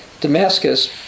Damascus